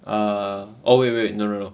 uh oh wait wait wait no no no